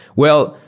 well,